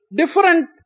different